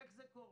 איך זה קורה